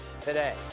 today